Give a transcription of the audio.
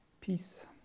peace